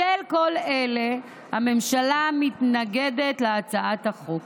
בשל כל אלה, הממשלה מתנגדת להצעת החוק.